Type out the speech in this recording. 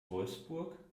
wolfsburg